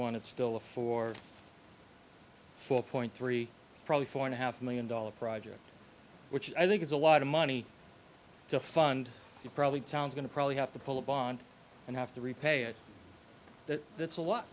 one it's still a four four point three probably four and a half million dollars project which i think is a lot of money to fund you probably towns going to probably have to pull a bond and have to repay it that's what